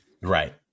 Right